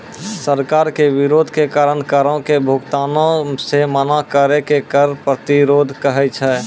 सरकार के विरोध के कारण करो के भुगतानो से मना करै के कर प्रतिरोध कहै छै